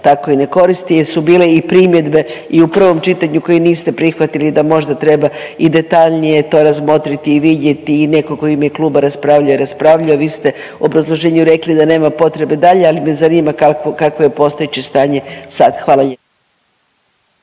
tako i ne koristi jer su bile i primjedbe i u prvom čitanju koje niste prihvatili da možda treba i detaljnije to razmotriti i vidjeti i netko tko je u ime kluba raspravljao i raspravljao vi ste u obrazloženju rekli da nema potrebe dalje, ali me zanima kakvo je postojeće stanje sad. Hvala lijepo.